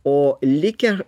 o likę